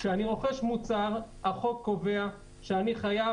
כשאני רוכש מוצר החוק קובע שאני חייב